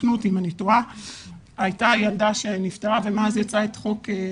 תקנו אותי אם אני טועה הייתה ילדה שנפטרה ומאז יצא החוק.